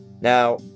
Now